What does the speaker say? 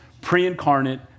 pre-incarnate